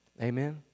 Amen